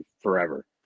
forever